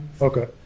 Okay